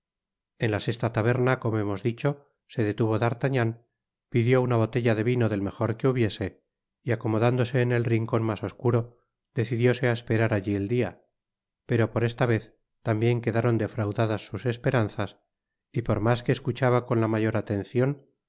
en la sesta taberna como hemos dicho se detuvo d'artagnan pidió una botella de vino del mejor que hubiese y acomodándose en el rincon mas oscuro decidióse á esperar alli el dia pero por esta vez tambien quedaron defraudadas sus esperanzas y por mas que escuchaba con la mayor atencion